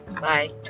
Bye